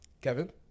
Kevin